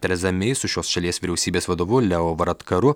tereza mei su šios šalies vyriausybės vadovu leo varatkaru